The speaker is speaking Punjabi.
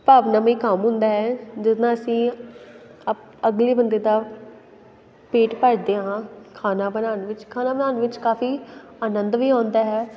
ਭਾਵਨਾਮੇ ਕੰਮ ਹੁੰਦਾ ਹੈ ਜਦੋਂ ਅਸੀਂ ਅਪ ਅਗਲੇ ਬੰਦੇ ਦਾ ਪੇਟ ਭਰਦੇ ਹਾਂ ਖਾਣਾ ਬਣਾਉਣ ਵਿੱਚ ਖਾਣਾ ਬਣਾਉਣ ਵਿੱਚ ਕਾਫ਼ੀ ਆਨੰਦ ਵੀ ਆਉਂਦਾ ਹੈ